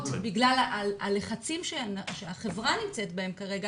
קיימות - בגלל שהחברה נמצאת בהן כרגע